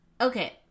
Okay